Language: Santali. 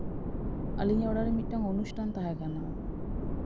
ᱟᱹᱞᱤᱧ ᱟᱜ ᱚᱲᱟᱜ ᱨᱮ ᱢᱤᱫᱴᱟᱱ ᱚᱱᱩᱥᱴᱷᱟᱱ ᱛᱟᱦᱮᱸ ᱠᱟᱱᱟ